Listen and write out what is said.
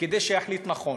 כדי שיחליט נכון,